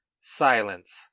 silence